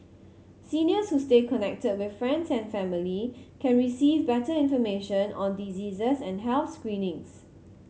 seniors who stay connected with friends and family can receive better information on diseases and health screenings